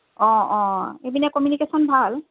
অঁ অঁ এইপিনে কমিউনিকেশ্যন ভাল